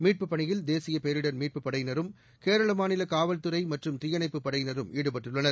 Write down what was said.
மீட்புப் பணியில் தேசிய பேரிடர் மீட்புப் படையினரும் கேரள மாநில காவல்துறை மற்றும் தீயணைப்புப் படையினரும் ஈடுபட்டுள்ளனர்